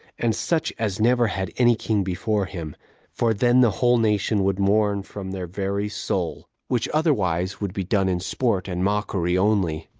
and such as never had any king before him for then the whole nation would mourn from their very soul, which otherwise would be done in sport and mockery only.